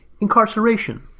incarceration